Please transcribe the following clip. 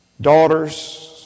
daughters